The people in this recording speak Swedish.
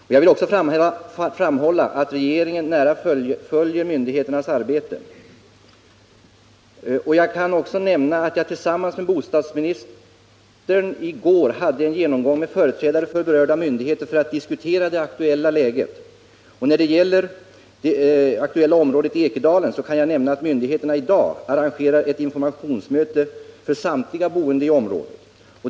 Jag vill också framhålla att regeringen nära följer myndigheternas arbete, och jag kan nämna att jag i går tillsammans med bostadsministern hade en genomgång med företrädare för de berörda myndigheterna om det aktuella läget. Beträffande det ifrågavarande området, Ekedalen, kan jag meddela att myndigheterna i dag arrangerar ett informationsmöte för samtliga boende i området.